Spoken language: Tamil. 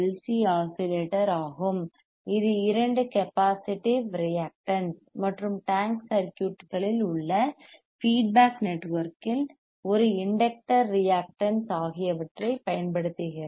சி ஆஸிலேட்டர் ஆகும் இது இரண்டு கபாஸிடீவ் ரீயக்டான்ஸ் மற்றும் டேங்க் சர்க்யூட்களில் உள்ள ஃபீட்பேக் நெட்வொர்க்கில் ஒரு இண்டக்டர் ரீயக்டான்ஸ் ஆகியவற்றைப் பயன்படுத்துகிறது